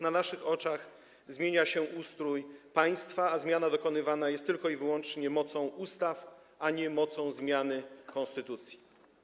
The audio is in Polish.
Na naszych oczach zmienia się ustrój państwa, a zmiana dokonywana jest tylko i wyłącznie na mocy ustaw, a nie na mocy zmiany konstytucji.